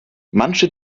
manche